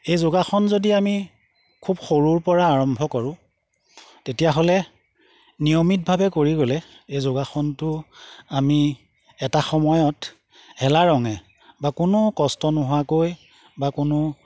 এই যোগাসন যদি আমি খুব সৰুৰ পৰা আৰম্ভ কৰো তেতিয়াহ'লে নিয়মিতভাৱে কৰি গ'লে এই যোগাসনটো আমি এটা সময়ত এলা ৰঙে বা কোনো কষ্ট নোহোৱাকৈ বা কোনো